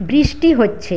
বৃষ্টি হচ্ছে